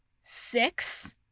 six